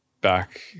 back